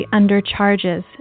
undercharges